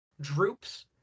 droops